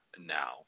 now